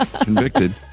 convicted